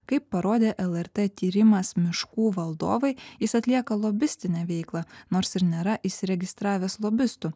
kaip parodė lrt tyrimas miškų valdovai jis atlieka lobistinę veiklą nors ir nėra įsiregistravęs lobistu